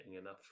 enough